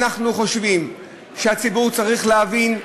אנחנו חושבים שהציבור צריך להבין,